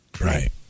Right